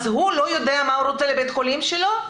אז הוא לא יודע מה הוא רוצה לבית החולים שלו?